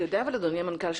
אדוני המנכ"ל,